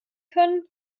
können